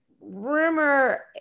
rumor